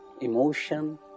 emotion